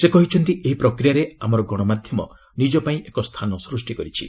ସେ କହିଛନ୍ତି ଏହି ପ୍ରକ୍ରିୟାରେ ଆମର ଗଣମାଧ୍ୟମ ନିଜ ପାଇଁ ଏକ ସ୍ଥାନ ସୃଷ୍ଟି କରିଛି